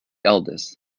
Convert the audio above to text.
eldest